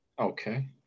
okay